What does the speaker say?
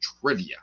trivia